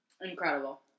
Incredible